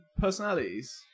personalities